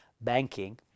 banking